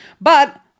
But-